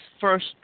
first